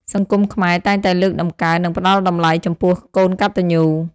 សង្គមខ្មែរតែងតែលើកតម្កើង និងផ្ដល់តម្លៃចំពោះកូនកត្ដញ្ញូ។